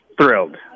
Thrilled